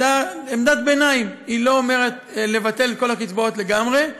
עמדת ביניים: היא לא אומרת לבטל את כל הקצבאות לגמרי,